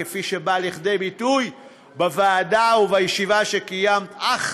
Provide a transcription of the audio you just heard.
כפי שבא לידי ביטוי בוועדה ובישיבה שקיימת אך